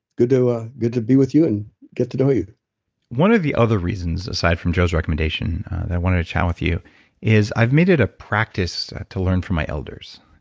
good to ah good to be with you, and get to know you one of the other reasons aside from joe's recommendation that i wanted to chat with you is, i've made it a practice to learn from my elders.